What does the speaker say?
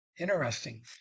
Interesting